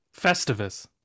Festivus